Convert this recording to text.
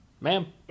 Ma'am